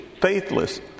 faithless